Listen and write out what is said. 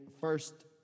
first